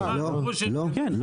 כן,